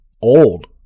old